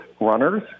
Runners